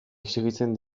exijitzen